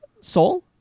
Soul